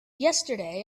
yesterday